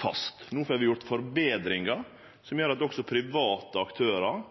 fast. No får vi gjort forbetringar som gjer at også private aktørar